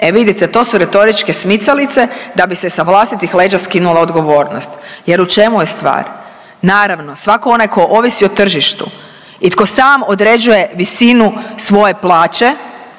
E vidite to su retoričke smicalice da bi se sa vlastitih leđa skinula odgovornost. Jer u čemu je stvar? Naravno, svatko onaj tko ovisi o tržištu i tko sam određuje visinu svije plaće